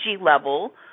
level